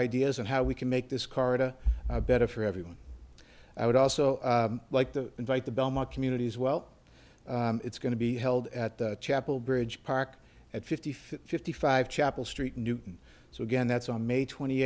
ideas of how we can make this corridor better for everyone i would also like to invite the belmont community as well it's going to be held at the chapel bridge park at fifty fifty five chapel street in newton so again that's on may twenty